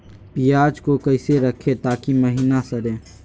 प्याज को कैसे रखे ताकि महिना सड़े?